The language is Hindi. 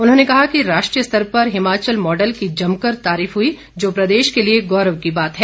उन्होंने कहा कि राष्ट्रीय स्तर पर हिमाचल मॉडल की जमकर तारीफ हुई जो प्रदेश के लिए गौरव की बात है